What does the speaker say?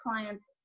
clients